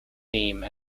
theme